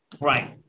Right